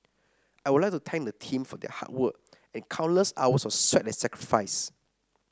I would like to thank the team for their hard work and countless hours of sweat and sacrifice